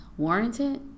warranted